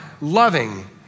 loving